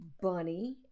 bunny